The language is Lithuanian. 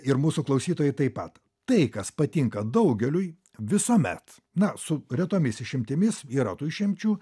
ir mūsų klausytojai taip pat tai kas patinka daugeliui visuomet na su retomis išimtimis yra tų išimčių